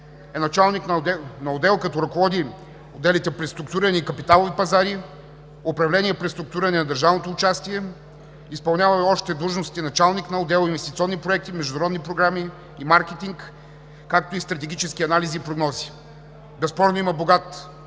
е началник на отдел, като ръководи отделите „Преструктуриране и капиталови пазари“, „Управление и преструктуриране на държавното участие“, изпълнявал е и още длъжности: началник отдел „Инвестиционни проекти, международни програми и маркетинг“, както и „Стратегически анализи и прогнози“. Безспорно има богат